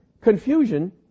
confusion